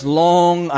long